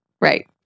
Right